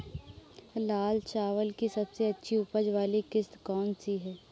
लाल चावल की सबसे अच्छी उपज वाली किश्त कौन सी है?